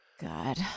God